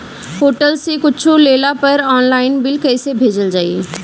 Hotel से कुच्छो लेला पर आनलाइन बिल कैसे भेजल जाइ?